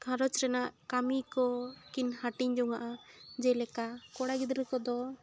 ᱜᱷᱟᱨᱚᱸᱡᱽ ᱨᱮᱱᱟᱜ ᱠᱟᱹᱢᱤ ᱠᱚᱠᱤᱱ ᱦᱟᱹᱴᱤᱧ ᱡᱚᱱᱟᱜᱼᱟ ᱡᱮᱞᱮᱠᱟ ᱠᱚᱲᱟ ᱜᱤᱫᱽᱨᱟᱹ ᱠᱚᱫᱚ